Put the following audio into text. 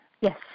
Yes